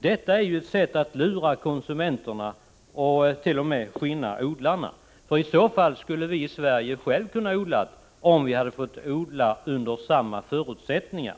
Detta är ju ett sätt att lura konsumenterna och t.o.m. skinna odlarna. Vi skulle i Sverige själva kunna odla sådana produkter om vi hade fått odla under samma förutsättningar.